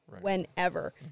whenever